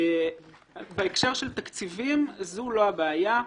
בהקשר של תקציבים, זו לא הבעיה.